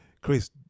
Chris